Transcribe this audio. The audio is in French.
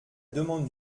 demande